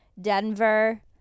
denver